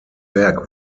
werk